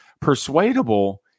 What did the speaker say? Persuadable